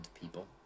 people